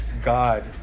god